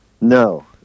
No